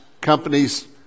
companies